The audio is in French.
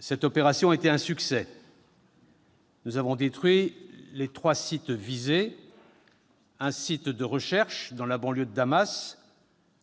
Cette opération a été un succès. Nous avons détruit les trois sites visés : un site de recherche dans la banlieue de Damas,